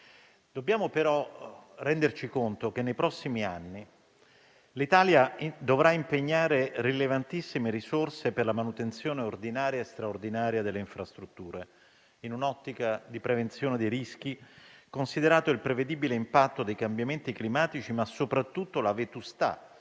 Dobbiamo però renderci conto che nei prossimi anni l'Italia dovrà impegnare rilevantissime risorse per la manutenzione ordinaria e straordinaria delle infrastrutture, in un'ottica di prevenzione dei rischi, considerati il prevedibile impatto dei cambiamenti climatici, ma soprattutto la vetustà